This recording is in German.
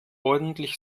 ordentlich